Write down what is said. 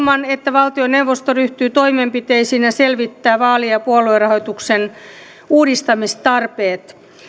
valtioneuvosto ryhtyy toimenpiteisiin ja selvittää vaali ja puoluerahoituksen uudistamistarpeet